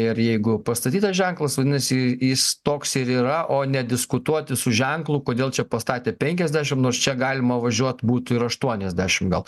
ir jeigu pastatytas ženklas vadinasi jis toks ir yra o nediskutuoti su ženklu kodėl čia pastatė penkiasdešim nors čia galima važiuot būtų ir aštuoniasdešim gal